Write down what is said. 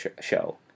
show